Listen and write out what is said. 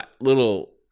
little